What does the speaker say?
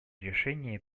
решение